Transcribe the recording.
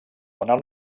donen